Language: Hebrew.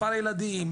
מספר ילדים,